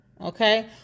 okay